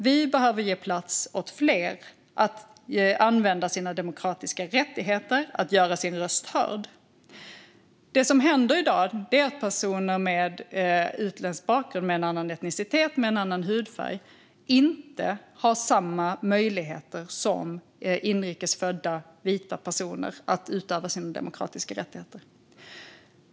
Vi behöver ge plats åt fler att använda sina demokratiska rättigheter och göra sin röst hörd. Det som händer i dag är att personer med utländsk bakgrund, annan etnicitet och annan hudfärg inte har samma möjligheter som inrikesfödda vita personer att utöva sina demokratiska rättigheter.